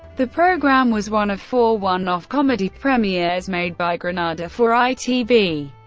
the programme was one of four one-off comedy premieres made by granada for itv.